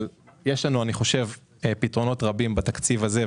אבל אני חושב שיש לנו פתרונות רבים בתקציב הזה,